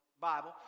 Bible